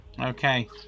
Okay